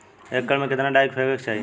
एक एकड़ में कितना डाई फेके के चाही?